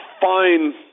fine